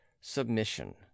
submission